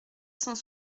cent